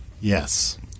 Yes